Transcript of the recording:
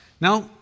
Now